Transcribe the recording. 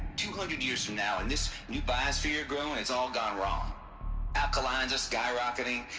two hundred years from now, and this. new biosphere growing, it's all gone wrong alkalines are skyrocketing.